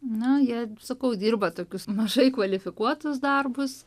na jie sakau dirba tokius mažai kvalifikuotus darbus